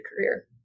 career